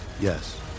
Yes